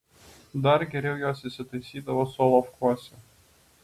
dar geriau jos įsitaisydavo solovkuose